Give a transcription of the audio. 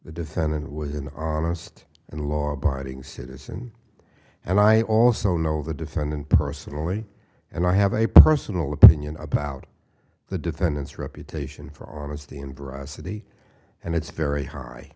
the defendant was in the honest and law abiding citizen and i also know the defendant personally and i have a personal opinion about the defendant's reputation for honesty and veracity and it's very high